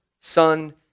Son